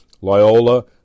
Loyola